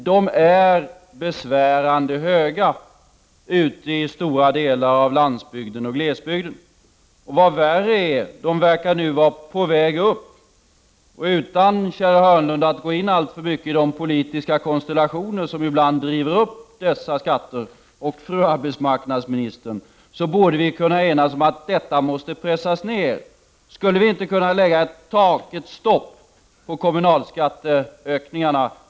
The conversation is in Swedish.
De är besvärande höga ute i stora delar av landsbygden och glesbygden. Och vad värre är: de verkar nu vara på väg upp. Utan att gå alltför mycket in på de politiska konstellationer som ibland driver upp dessa skatter — käre Hörnlund och kära fru arbetsmarknadsminister — borde vi kunna enas om att dessa måste pressas ned. Skulle vi inte kunna lägga ett tak och sätta stopp för kommunalskatteökningarna?